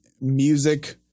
music